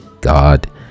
god